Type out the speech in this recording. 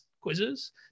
quizzes